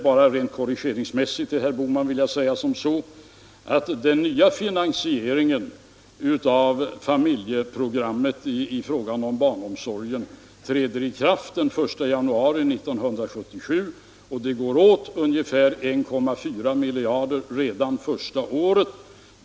Bara rent korrigeringsmässigt vill jag säga som så till herr Bohman, att den nya finansieringen av familjeprogrammet i fråga om barnomsorgen träder i kraft den 1 januari 1977, och det går åt ungefär 1,4 miljarder redan första året.